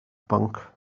bwnc